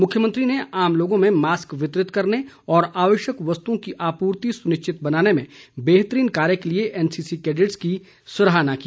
मुख्यमंत्री ने आम लोगों में मास्क वितरित करने और आवश्यक वस्तुओं की आपूर्ति सुनिश्चित बनाने में बेहतरीन कार्य के लिए एनसीसी कैडेटस की सराहना की